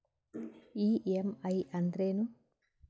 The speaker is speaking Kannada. ಇ.ಎಂ.ಐ ಅಂದ್ರೇನು?